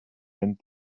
meant